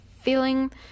feeling